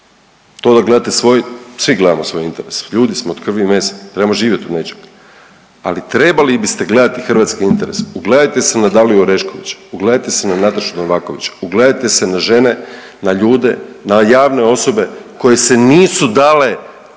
To da gledate svoj, svi gledamo svoj interes, ljudi smo od krvi i mesa trebamo živjet od nečega. Ali trebali biste gledati hrvatske interese. Ugledajte se na Daliju Orešković, ugledajte se na Natašu Novaković, ugledajte se na žene, na ljude, na javne osobe koje se nisu dale,